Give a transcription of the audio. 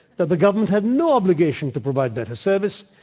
that the government had no obligation to provide better service,